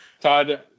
Todd